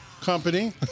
Company